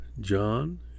John